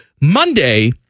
Monday